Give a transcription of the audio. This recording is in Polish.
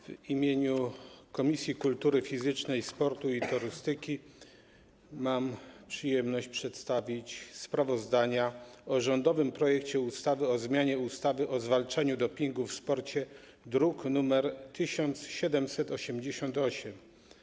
W imieniu Komisji Kultury Fizycznej, Sportu i Turystyki mam przyjemność przedstawić sprawozdanie o rządowym projekcie ustawy o zmianie ustawy o zwalczaniu dopingu w sporcie, druk nr 1788.